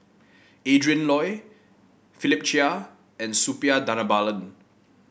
Adrin Loi Philip Chia and Suppiah Dhanabalan